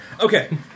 Okay